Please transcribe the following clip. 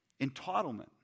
Entitlement